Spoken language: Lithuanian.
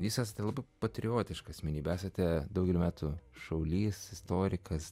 visas telpu patriotišką asmenybę esate daugelio metų šaulys istorikas